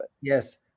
Yes